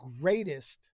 greatest